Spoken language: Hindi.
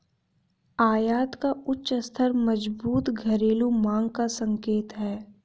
आयात का उच्च स्तर मजबूत घरेलू मांग का संकेत है